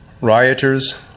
rioters